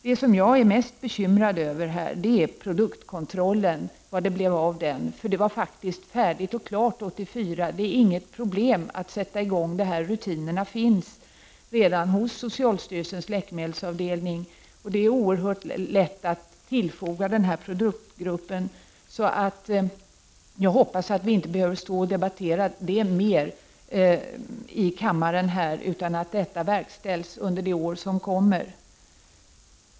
Det som jag är mest bekymrad över i detta sammanhang är vad det blev av produktkontrollen. Utredningsresultatet från utredningen förelåg redan 1984. Det är därför inget problem att påbörja denna produktkontroll, rutinerna finns redan hos socialstyrelsens läkemedelsavdelning. Det är mycket lätt att tillfoga denna produktgrupp. Jag hoppas därför att vi inte behöver debattera detta ytterligare i kammaren utan att detta verkställs under det kommande året.